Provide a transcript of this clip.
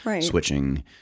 switching